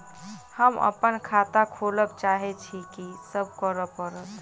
हम अप्पन खाता खोलब चाहै छी की सब करऽ पड़त?